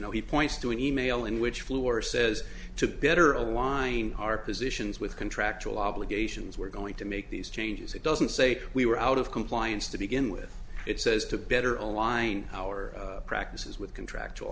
know he points to an e mail in which floor says to better align our positions with contractual obligations we're going to make these changes it doesn't say we were out of compliance to begin with it says to better align our practices with contractual